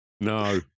No